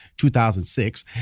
2006